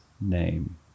name